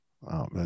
Wow